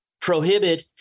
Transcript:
prohibit